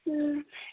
ꯎꯝ